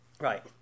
Right